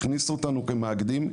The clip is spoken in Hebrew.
הכניסו אותנו כמאגדים,